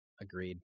agreed